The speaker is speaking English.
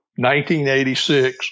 1986